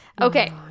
Okay